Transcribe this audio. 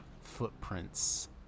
footprints